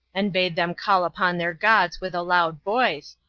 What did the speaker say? and bade them call upon their gods with a loud voice,